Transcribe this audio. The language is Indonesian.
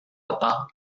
peta